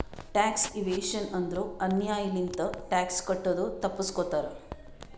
tax evasion ಅಂದುರ್ ಅನ್ಯಾಯ್ ಲಿಂತ ಟ್ಯಾಕ್ಸ್ ಕಟ್ಟದು ತಪ್ಪಸ್ಗೋತಾರ್